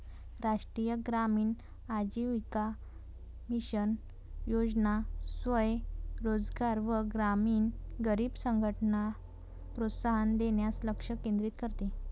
राष्ट्रीय ग्रामीण आजीविका मिशन योजना स्वयं रोजगार व ग्रामीण गरीब संघटनला प्रोत्साहन देण्यास लक्ष केंद्रित करते